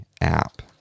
app